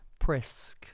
Prisk